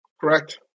Correct